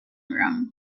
room